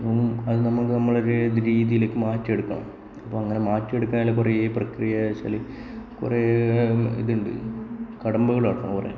അത് നമുക്ക് നമ്മളോര് രീതിയിലൊക്കെ മാറ്റിയെടുക്കണം അപ്പം അങ്ങനെ മാറ്റിയെടുക്കാൻ കുറെ പ്രക്രിയ എന്നു വച്ചാല് കുറെ ഇതുണ്ട് കടമ്പകൾ കടക്കണം കുറെ